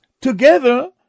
together